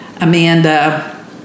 Amanda